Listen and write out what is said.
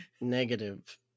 Negative